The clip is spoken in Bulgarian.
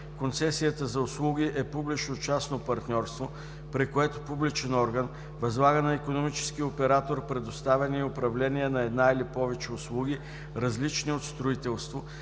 Концесията за услуги е публично-частно партньорство, при което публичен орган възлага на икономически оператор предоставяне и управление на една или повече услуги, различни от строителство,